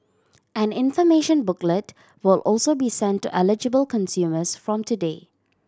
an information booklet will also be sent to eligible consumers from today